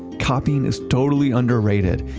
copying is totally underrated.